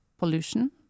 pollution